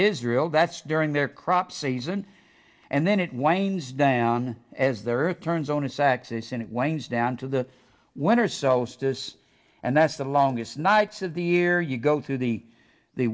israel that's during their crop season and then it winds down as the earth turns on its axis and it winds down to the one or so still is and that's the longest nights of the year you go through the the